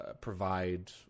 provide